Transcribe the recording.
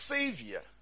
Savior